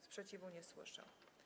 Sprzeciwu nie słyszę.